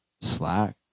slack